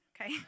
okay